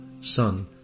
Son